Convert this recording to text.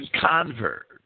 convert